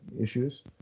issues